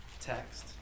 text